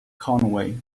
conway